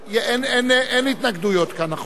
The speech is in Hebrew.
אין התנגדויות כאן, נכון?